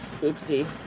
oopsie